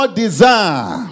desire